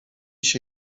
się